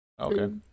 Okay